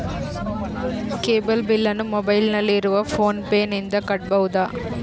Cable ಬಿಲ್ಲನ್ನು ಮೊಬೈಲಿನಲ್ಲಿ ಇರುವ ಫೋನ್ ಪೇನಿಂದ ಕಟ್ಟಬಹುದಾ?